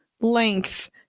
length